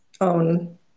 own